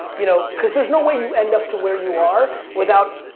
you know cause there's no way you end up to where you are without,